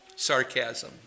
Sarcasm